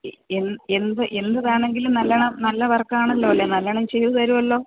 എന്ത് എന്ത് എന്ത് ഇതാണെങ്കിലും നല്ലവണ്ണം നല്ല വർക്ക് ആണല്ലോ അല്ലേ നല്ലവണ്ണം ചെയ്ത് തരുമല്ലോ